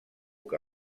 que